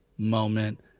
moment